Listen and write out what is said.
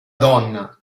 donna